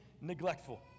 neglectful